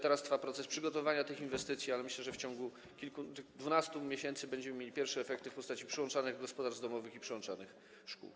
Teraz trwa proces przygotowania tych inwestycji, ale myślę, że w ciągu 12 miesięcy będziemy mieli pierwsze efekty w postaci przyłączanych gospodarstw domowych i przyłączanych szkół.